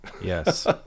Yes